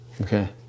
Okay